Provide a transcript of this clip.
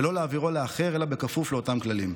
ולא להעבירו לאחר אלא בכפוף לאותם כללים.